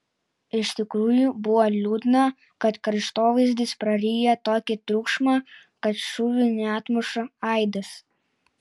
iš tikrųjų buvo liūdna kad kraštovaizdis praryja tokį triukšmą kad šūvių neatmuša aidas